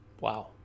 Wow